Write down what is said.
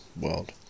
world